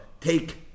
take